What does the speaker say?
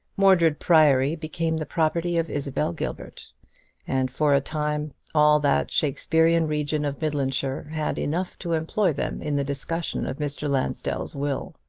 mordred priory became the property of isabel gilbert and for a time all that shakespearian region of midlandshire had enough to employ them in the discussion of mr. lansdell's will.